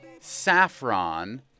Saffron